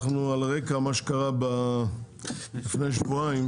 אנחנו דנים בנושא על רקע מה שקרה לפני שבועיים